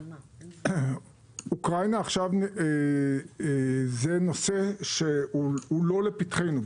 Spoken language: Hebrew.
אוקראינה זה נושא שהוא לא לפתחנו.